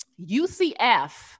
UCF